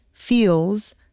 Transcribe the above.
Feels